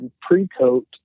pre-coat